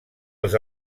els